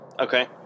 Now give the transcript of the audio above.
Okay